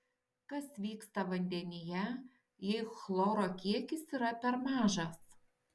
kas vyksta vandenyje jei chloro kiekis yra per mažas